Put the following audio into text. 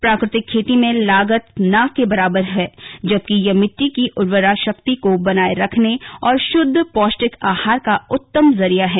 प्राकृतिक खेती में लागत ना के बराबर है जबकि यह मिट्टी की उर्वरा शक्ति को बनाये रखने और शुद्ध पौष्टिक आहार का उत्तम जरिया है